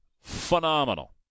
phenomenal